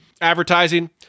advertising